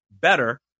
better